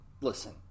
listen